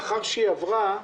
לאחר שהיא עברה,